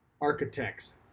architects